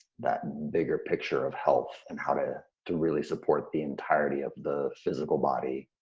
that bigger picture of health, and how to to really support the entirety of the physical body,